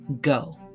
go